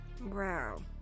wow